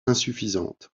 insuffisante